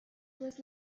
was